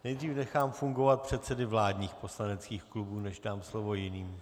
Nejdřív nechám fungovat předsedy vládních poslaneckých klubů, než dám slovo jiným.